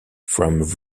from